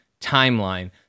timeline